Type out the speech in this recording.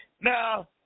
Now